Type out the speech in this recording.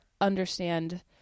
understand